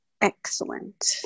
excellent